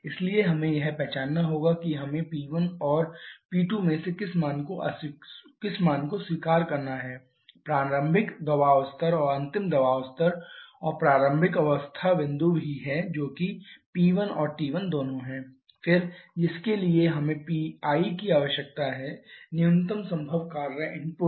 इसलिए हमें यह पहचानना होगा कि हमें P1 और P2 में से किस के मान को स्वीकार करना है प्रारंभिक दबाव स्तर और अंतिम दबाव स्तर और प्रारंभिक अवस्था बिंदु भी है जो कि P1 और T1 दोनों है फिर जिसके लिए हमें PI की आवश्यकता है न्यूनतम संभव कार्य इनपुट